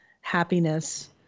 happiness